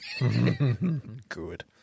Good